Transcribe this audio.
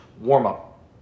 warm-up